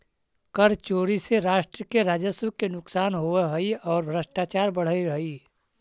कर चोरी से राष्ट्र के राजस्व के नुकसान होवऽ हई औ भ्रष्टाचार बढ़ऽ हई